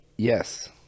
yes